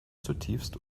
zutiefst